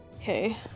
Okay